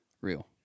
Real